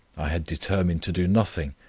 i had determined to do nothing,